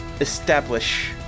establish